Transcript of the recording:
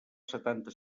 setanta